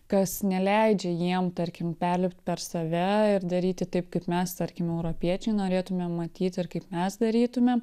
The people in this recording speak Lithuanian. kas neleidžia jiem tarkim perlipt per save ir daryti taip kaip mes tarkime europiečiai norėtumėm matyt ir kaip mes darytumėm